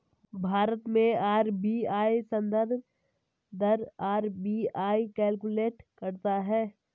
भारत में आर.बी.आई संदर्भ दर आर.बी.आई कैलकुलेट करता है